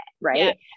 right